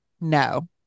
no